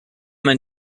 man